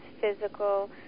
physical